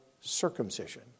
circumcision